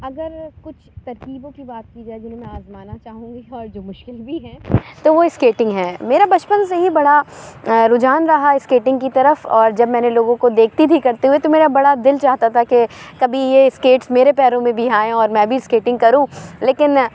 اگر کچھ ترکیبوں کی بات کی جائے جنہیں میں آزمانا چاہوں گی اور جو مشکل بھی ہیں تو وہ اسکیٹنگ ہیں میرا بچپن سے ہی بڑا رجحان رہا ہے اسکیٹنگ کی طرف اور جب میں نے لوگوں کو دیکھتی تھی کرتے ہوئے تو میرا بڑا دِل چاہتا تھا کہ کبھی یہ اسکیٹس میرے پیروں میں بھی آئیں اور میں بھی اسکیٹنگ کروں لیکن